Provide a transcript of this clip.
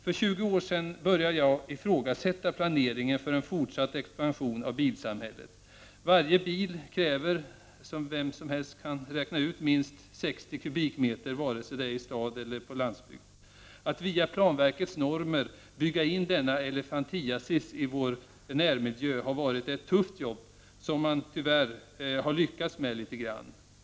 För 20 år sedan började jag ifrågasätta planeringen för en fortsatt expansion av bilsamhället. Varje bil kräver, som vem som helst kan räkna ut, ett utrymme på minst 60 kubikmeter, vare sig det är fråga om stad eller landsbygd. Att via planverkets normer bygga in denna elefantiasis i vår närmiljö har varit ett tungt jobb, som man tyvärr i viss mån har lyckats med.